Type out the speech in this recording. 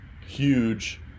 huge